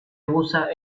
usa